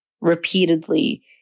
repeatedly